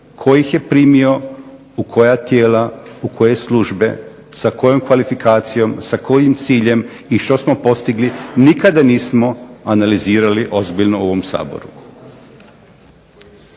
Tko ih je primio, u koja tijela, u koje službe, sa kojom kvalifikacijom, sa kojim ciljem i što smo postigli? Nikada nismo analizirali ozbiljno u ovom Saboru.